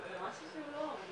שלום לכולכם,